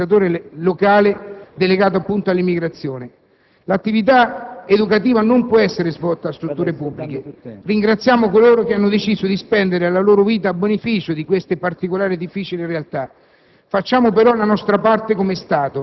lo dico anche in forza della mia esperienza di amministratore locale delegato all'immigrazione: l'attività educativa non può essere svolta in strutture pubbliche. Ringraziamo coloro che hanno deciso di spendere la loro vita a beneficio di queste particolari e difficili realtà;